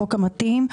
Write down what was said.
החוק המתאים.